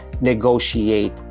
negotiate